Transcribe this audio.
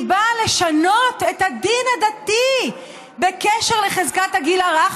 היא באה לשנות את הדין הדתי בקשר לחזקת הגיל הרך